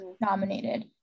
nominated